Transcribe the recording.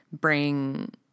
bring